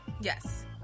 Yes